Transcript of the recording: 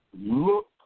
look